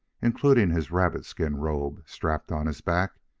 including his rabbit skin robe, strapped on his back,